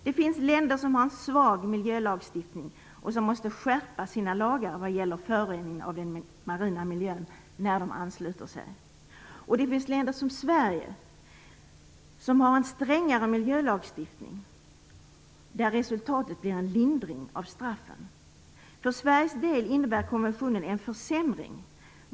Det finns länder som har en svag miljölagstiftning och som när de ansluter sig måste skärpa sina lagar om förorening av den marina miljön. Sedan finns det länder såsom Sverige som har en strängare miljölagstiftning, där resultatet blir en lindring av straffen. För Sveriges del innebär konventionen en försämring.